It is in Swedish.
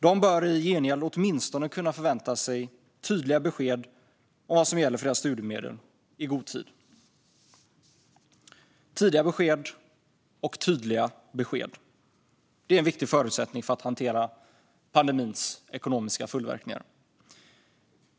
De bör i gengäld åtminstone kunna förvänta sig tydliga besked om vad som gäller för deras studiemedel och i god tid. Tidiga besked och tydliga besked - det är en viktig förutsättning för att hantera pandemins ekonomiska följdverkningar.